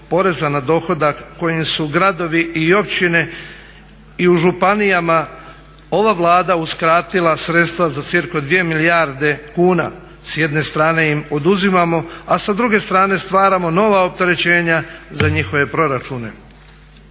poreza na dohodak kojim su gradovi i u općinama i županijama ova Vlada uskratila sredstva za cca 2 milijarde kuna s jedne strane im oduzimamo, a sa druge strane stvaramo nova opterećenja za njihove proračune.